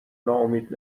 ناامید